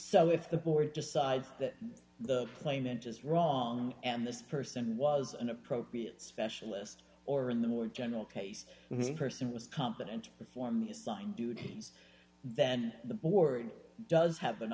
so if the board decides that the plane then just wrong and this person was an appropriate specialist or in the more general case the person was competent to perform the assigned duties then the board does have an